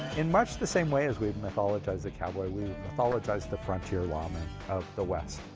in much the same way as we've mythologized the cowboy we've mythologized the frontier lawman of the west.